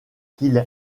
qui